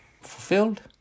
fulfilled